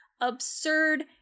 absurd